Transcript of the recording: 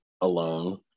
alone